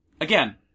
again